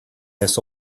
this